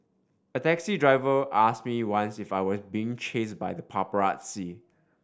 a taxi driver asked me once if I was being chased by the paparazzi